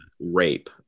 rape